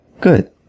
Good